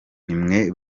nimwe